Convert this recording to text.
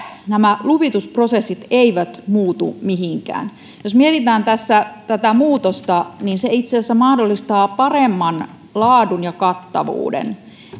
nämä luvitusprosessit eivät muutu mihinkään jos mietitään tätä muutosta niin se itseasiassa mahdollistaa paremman laadun ja kattavuuden